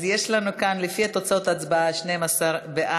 לפי תוצאות ההצבעה יש לנו 12 בעד,